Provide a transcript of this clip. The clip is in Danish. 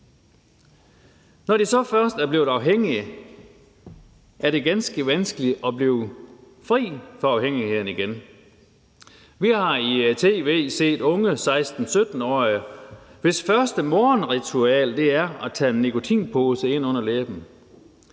Når de så først er blevet afhængige, er det ganske vanskeligt at blive fri for afhængigheden igen. Vi har i tv set unge 16-17-årige, hvis første morgenritual er at lægge en nikotin pose ind under læben.